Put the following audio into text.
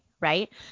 right